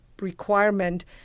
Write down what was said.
requirement